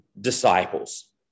disciples